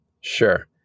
sure